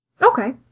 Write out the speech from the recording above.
Okay